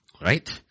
Right